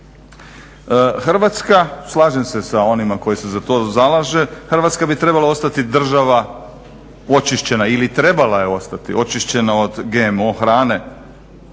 Hrvatska, slažem se sa onima koji se za to zalaže, Hrvatska bi trebala ostati država očišćena ili trebala je ostati očišćena od GMO hrane,